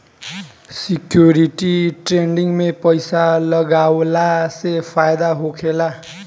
security trading में पइसा लगावला से फायदा होखेला